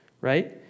right